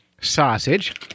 sausage